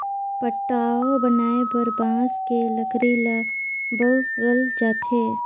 पटाव बनाये बर बांस के लकरी ल बउरल जाथे